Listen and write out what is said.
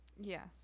Yes